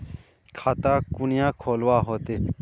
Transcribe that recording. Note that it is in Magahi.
खाता कुनियाँ खोलवा होते?